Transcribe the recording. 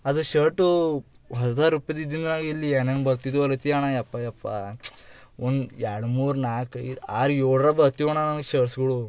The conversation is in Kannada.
ಅದು ಶರ್ಟು ಹಝಾರ್ ರೂಪಾಯಿದ್ದು ಇದ್ದಿದ್ದು ನಾ ಇಲ್ಲಿ ಏನೇನು ಬರ್ತಿದ್ದವು ರೀತಿಯಣ್ಣ ಯಪ್ಪ ಯಪ್ಪ ಒಂದು ಎರಡು ಮೂರು ನಾಲ್ಕು ಐದು ಆರು ಏಳರ ಬರ್ತಿವು ಅಣ್ಣ ಶರ್ಟ್ಸ್ಗಳು